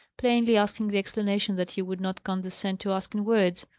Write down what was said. plainly asking the explanation that he would not condescend to ask in words.